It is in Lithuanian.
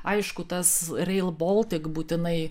aišku tas rail baltic būtinai